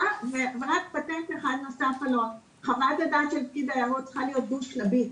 חוות הדעת של פקיד היערות צריכה להיות דו-שלבי.